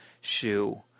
shoe